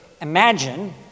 Imagine